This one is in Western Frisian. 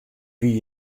wie